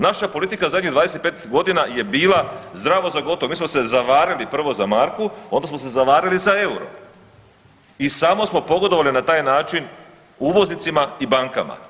Naša politika zadnjih 25 godina je bila zdravo za gotovo, mi smo se zavarili prvo za marku onda smo se zavarali za euro i samo smo pogodovali na taj način uvoznicima i bankama.